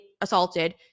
assaulted